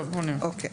אוקיי.